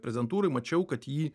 prezidentūroj mačiau kad jį